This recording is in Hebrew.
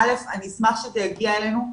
אשמח אם זה יגיע אלינו,